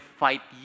fight